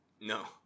no